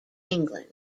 england